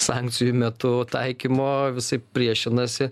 sankcijų metu taikymo visaip priešinasi